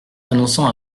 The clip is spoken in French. annonçant